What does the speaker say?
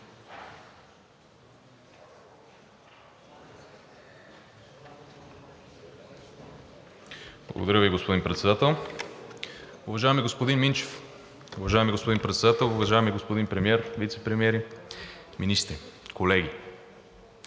Благодаря Ви, господин Председател. Уважаеми господин Минчев, уважаеми господин Председател, уважаеми господин Премиер, вицепремиери, министри, колеги!